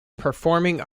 performing